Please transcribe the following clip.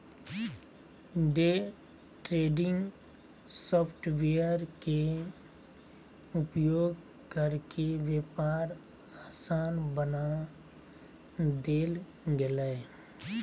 day trading software के उपयोग करके व्यापार आसान बना देल गेलय